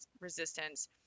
resistance